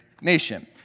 nation